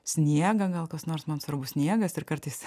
sniegą gal kas nors man svarbu sniegas ir kartais